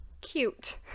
Cute